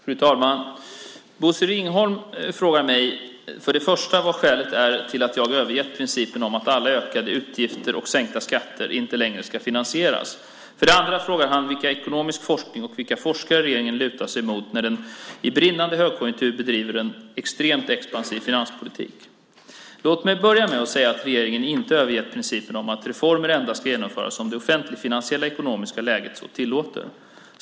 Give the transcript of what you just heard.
Fru talman! Bosse Ringholm frågar mig för det första vad skälet är till att jag har övergett principen om att alla ökade utgifter och sänkta skatter inte längre ska finansieras, för det andra vilken ekonomisk forskning - och vilka forskare - regeringen lutar sig emot när den i brinnande högkonjunktur bedriver en extremt expansiv finanspolitik. Låt mig börja med att säga att regeringen inte övergett principen om att reformer endast ska genomföras om det offentligfinansiella och ekonomiska läget så tillåter.